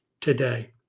today